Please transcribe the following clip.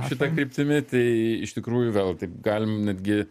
šita kryptimi tai iš tikrųjų vėl taip galim netgi